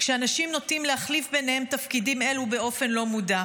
כשאנשים נוטים להחליף ביניהם תפקידים אלו באופן לא מודע.